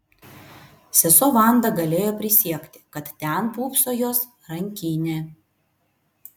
sesuo vanda galėjo prisiekti kad ten pūpso jos rankinė